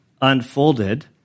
unfolded